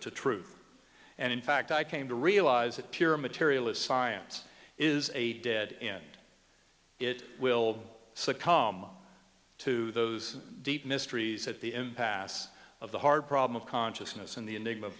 to truth and in fact i came to realize that pure materialist science is a dead end it will succumb to those deep mysteries at the impasse of the hard problem of consciousness and the enigma